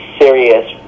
serious